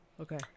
Okay